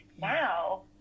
Now